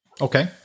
Okay